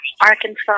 Arkansas